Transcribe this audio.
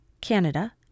Canada